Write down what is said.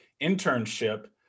internship